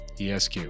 ESQ